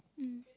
mm